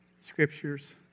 scriptures